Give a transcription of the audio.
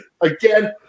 again